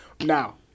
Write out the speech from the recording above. Now